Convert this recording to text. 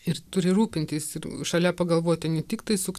ir turi rūpintis ir šalia pagalvoti ne tiktai suk